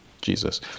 Jesus